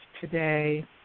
today